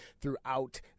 throughout